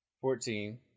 Fourteen